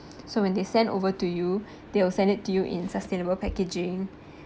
so when they send over to you they will send it to you in sustainable packaging